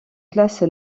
classe